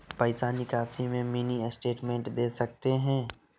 पैसा निकासी में मिनी स्टेटमेंट दे सकते हैं?